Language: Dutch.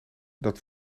dat